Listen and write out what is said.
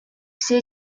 все